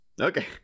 Okay